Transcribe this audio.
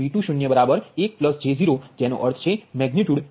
તેથી તમે ધારો છો કેV20 1j0 જેનો અર્થ છે મેગનિટ્યુડ 1 છે